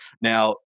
Now